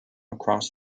across